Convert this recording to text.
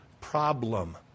problem